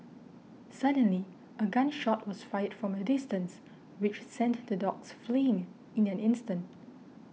suddenly a gun shot was fired from a distance which sent the dogs fleeing in an instant